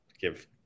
give –